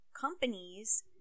companies